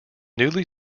newly